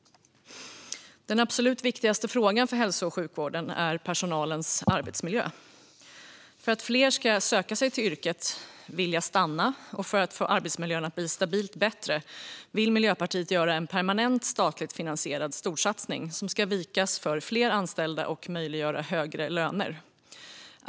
Den absolut viktigaste frågan för hälso och sjukvården är personalens arbetsmiljö. För att fler ska söka sig till yrket och vilja stanna och för att få arbetsmiljön att bli stabilt bättre vill Miljöpartiet göra en permanent statligt finansierad storsatsning som ska vikas för fler anställda och möjliggöra högre löner.